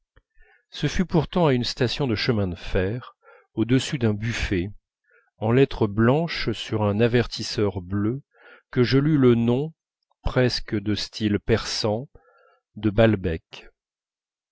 ce fut pourtant à une station de chemin de fer au-dessus d'un buffet en lettres blanches sur un avertisseur bleu que je lus le nom presque de style persan de balbec